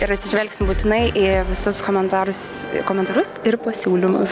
ir atsižvelgsim būtinai į visus komentarus komentarus ir pasiūlymus